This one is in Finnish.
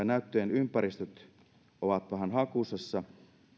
näyttöjen ympäristöt ovat vähän hakusessa